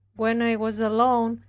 when i was alone,